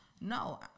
No